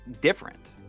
different